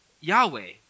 Yahweh